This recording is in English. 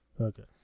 Okay